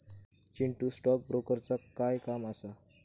Chintu, stock ब्रोकरचा काय काम असा?